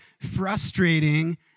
frustrating